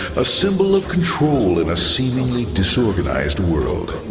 a symbol of control in a seemingly disorganized world.